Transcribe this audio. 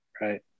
Right